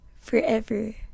forever